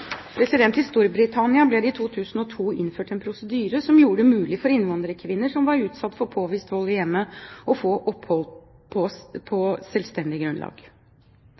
I Storbritannia ble det i 2002 innført en prosedyre som gjorde det mulig for innvandrerkvinner som var utsatt for påvist vold i hjemmet, å få opphold på selvstendig grunnlag.